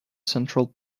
central